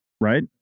right